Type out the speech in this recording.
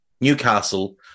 Newcastle